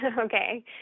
Okay